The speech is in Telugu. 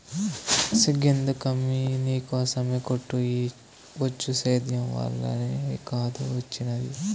సిగ్గెందుకమ్మీ నీకోసమే కోటు ఈ బొచ్చు సేద్యం వల్లనే కాదూ ఒచ్చినాది